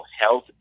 health